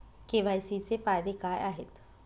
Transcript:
KYC चे फायदे काय आहेत?